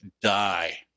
die